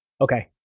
Okay